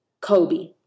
Kobe